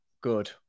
good